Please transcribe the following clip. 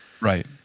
Right